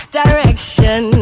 direction